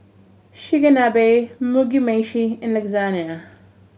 Chigenabe Mugi Meshi and Lasagna